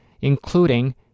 including